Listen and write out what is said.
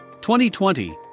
2020